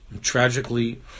tragically